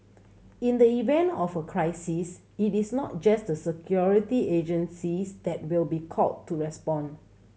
in the event of a crisis it is not just the security agencies that will be called to respond